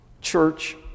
church